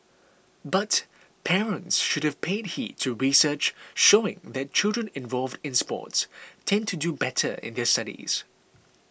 but parents should pay heed to research showing that children involved in sports tend to do better in their studies